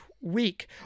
week